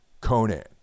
Conan